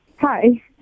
Hi